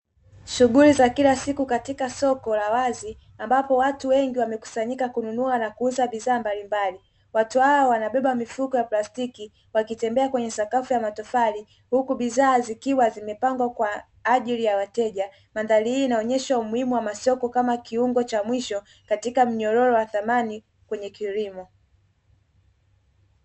Shughuli za kila siku katika soko la wazi ambapo watu wengi wamekusanyika kununua na kuuza bidhaa mbalimbali watu wao wanabeba mifuko ya plastiki wakitembea kwenye sakafu ya matofali huku bidhaa zikiwa zimepangwa kwa ajili ya wateja bandari hii inaonyesha umuhimu wa masoko kama kiumbo cha mwisho katika mnyororo wa thamani kwenye kilimo.